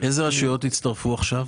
אילו רשויות הצטרפו עכשיו?